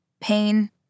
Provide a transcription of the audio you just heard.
pain